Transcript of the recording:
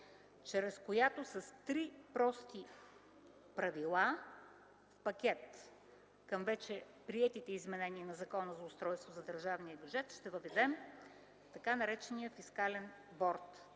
чрез която с три прости правила – пакет, към вече приетите изменения на Закона за устройството на държавния бюджет, ще въведем така наречения фискален борд.